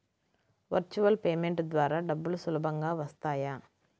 Virtual payment ద్వారా డబ్బులు సులభంగా వస్తాయా?